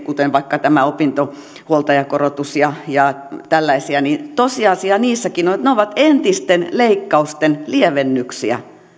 kuten vaikka opintohuoltajakorotus ja ja tällaisia tosiasia niissäkin on että ne ovat entisten leikkausten lievennyksiä kun